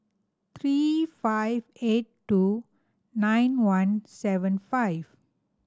three five eight two nine one seven five